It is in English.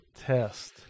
test